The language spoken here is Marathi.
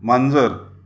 मांजर